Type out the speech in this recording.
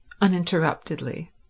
uninterruptedly